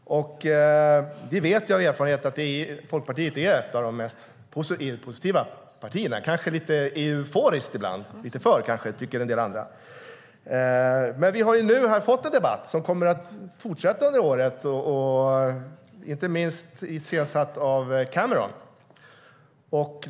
Vi vet av erfarenhet att Folkpartiet är ett av de mest EU-positiva partierna. Det är kanske till och med lite euforiskt ibland. En del andra kanske tycker att det är lite för mycket. Nu har vi fått en debatt som kommer att fortsätta under året. Den har inte minst iscensatts av Cameron.